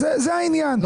-- זה העניין.